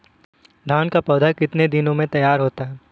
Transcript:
धान का पौधा कितने दिनों में तैयार होता है?